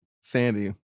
Sandy